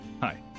Hi